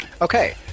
Okay